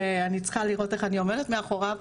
שאני צריכה לראות איך אני עומדת מאחוריו,